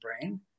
brain